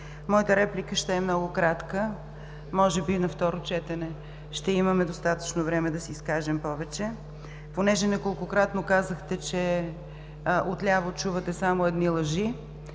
моята реплика ще е много кратка. Може би на второ четене ще имаме достатъчно време да се изказваме повече. Понеже неколкократно казахте, че отляво чувате само лъжи,